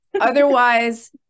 otherwise